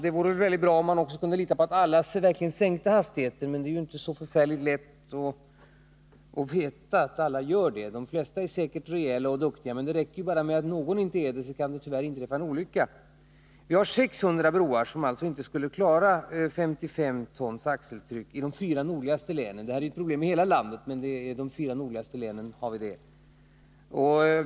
Det vore bra om man kunde lita på att alla verkligen sänkte hastigheten, men det är inte så lätt att veta om alla gör det. De flesta är säkert rejäla och duktiga, men det räcker att någon inte är det. Då kan det tyvärr inträffa en olycka. I de fyra nordligaste länen har vi alltså 600 broar som inte skulle klara 55 tons axeltryck. Det här är ju ett problem i hela landet, men i de fyra nordligaste länen ligger det till på det sättet.